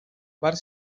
were